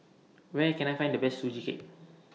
Where Can I Find The Best Sugee Cake